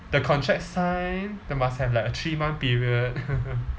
the contract signed then must have like a three month period